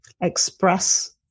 express